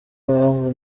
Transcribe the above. mpamvu